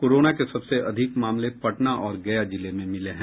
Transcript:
corona के सबसे अधिक मामले पटना और गया जिले में मिले हैं